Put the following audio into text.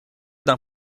d’un